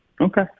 okay